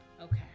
Okay